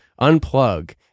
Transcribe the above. Unplug